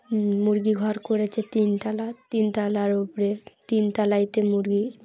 ম মুরগি ঘর করেছে তিনতাললা তিন তালার ওপরে তিন তালাইতে মুরগি